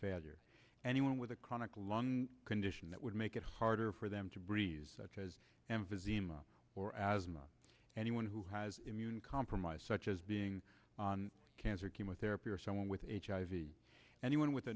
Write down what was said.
failure anyone with a chronic lung condition that would make it harder for them to breeze such as emphysema or asthma anyone who has immune compromised such as being cancer chemotherapy or someone with hiv and even with a